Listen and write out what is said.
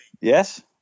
Yes